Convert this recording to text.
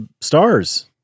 Stars